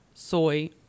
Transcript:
soy